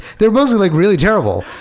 they're mostly like really terrible.